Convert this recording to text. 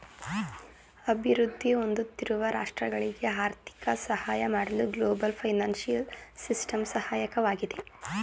ಅಭಿವೃದ್ಧಿ ಹೊಂದುತ್ತಿರುವ ರಾಷ್ಟ್ರಗಳಿಗೆ ಆರ್ಥಿಕ ಸಹಾಯ ಮಾಡಲು ಗ್ಲೋಬಲ್ ಫೈನಾನ್ಸಿಯಲ್ ಸಿಸ್ಟಮ್ ಸಹಾಯಕವಾಗಿದೆ